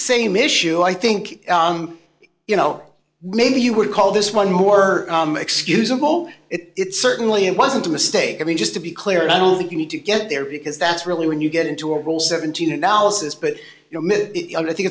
same issue i think you know maybe you would call this one more excusable it certainly it wasn't a mistake i mean just to be clear i don't think you need to get there because that's really when you get into a role seventeen analysis but you know mitt i think